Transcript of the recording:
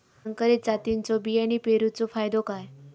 संकरित जातींच्यो बियाणी पेरूचो फायदो काय?